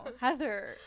Heather